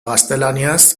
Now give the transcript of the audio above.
gaztelaniaz